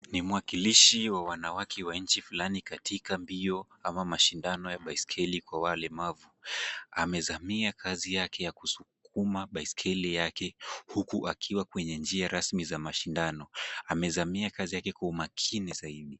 Ni mwakilishi wa wanawake wa nchi fulani katika mbio ama mashindano ya baiskeli kwa walemavu. Amezamia kazi yake ya kusukuma baiskeli yake, huku akiwa kwenye njia rasmi za mashindano. Amezamia kazi yake kwa umakini zaidi.